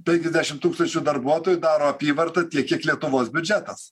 penkiasdešim tūkstančių darbuotojų daro apyvartą tiek kiek lietuvos biudžetas